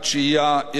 ואת ההחלטה,